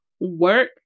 work